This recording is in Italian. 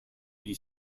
gli